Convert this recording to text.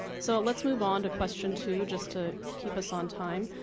so let's move on to question two just to keep us on time.